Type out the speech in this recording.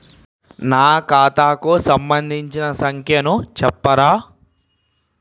నా ఖాతా కు సంబంధించిన సంఖ్య ను చెప్తరా?